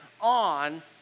on